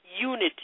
unity